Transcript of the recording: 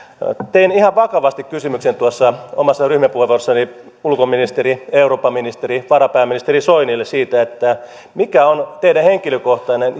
tein ihan vakavasti kysymyksen omassa ryhmäpuheenvuorossani ulkoministeri eurooppaministeri varapääministeri soinille siitä mikä on teidän henkilökohtainen